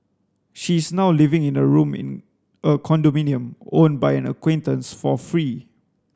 she is now living in a room in a condominium owned by an acquaintance for free